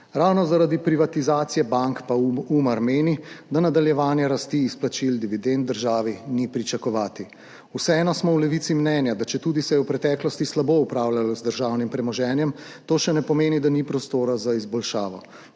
Ravno zaradi privatizacije bank pa UMAR meni, da nadaljevanje rasti izplačil dividend državi ni pričakovati. Vseeno smo v Levici mnenja, da četudi se je v preteklosti slabo upravljalo z državnim premoženjem, to še ne pomeni, da ni prostora za izboljšavo.